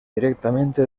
directamente